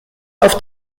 auf